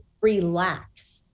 relax